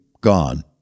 gone